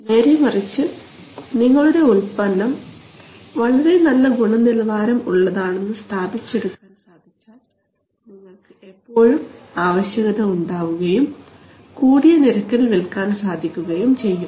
നേരെമറിച്ച് നിങ്ങളുടെ ഉൽപ്പന്നം വളരെ നല്ല ഗുണനിലവാരം ഉള്ളതാണെന്ന് സ്ഥാപിച്ചെടുക്കാൻ സാധിച്ചാൽ നിങ്ങൾക്ക് എപ്പോഴും ആവശ്യകത ഉണ്ടാവുകയും കൂടിയ നിരക്കിൽ വിൽക്കാൻ സാധിക്കുകയും ചെയ്യും